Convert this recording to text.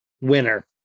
winner